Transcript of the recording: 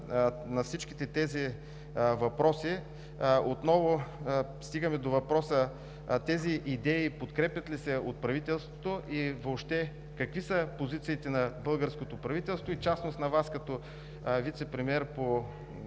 на всичките тези въпроси отново стигаме до въпроса: подкрепят ли се от правителството тези идеи? Какви са позициите на българското правителство и в частност на Вас като вицепремиер по